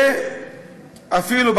ואפילו,